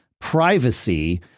privacy